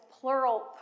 plural